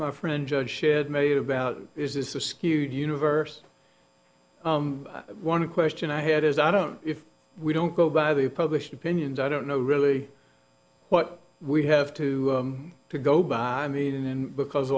my friend joe should move about is this a skewed universe one question i had is i don't if we don't go by the published opinions i don't know really what we have to to go by i mean and because